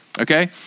Okay